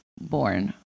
born